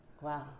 Wow